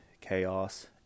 chaos